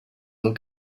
als